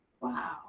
Wow